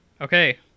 okay